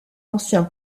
ancien